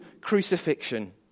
crucifixion